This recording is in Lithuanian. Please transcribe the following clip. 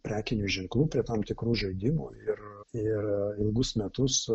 prekinių ženklų prie tam tikrų žaidimų ir ir ilgus metus